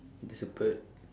there's a bird